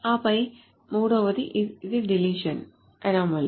ఆపై మూడవది ఇది డిలీషన్ అనామలీ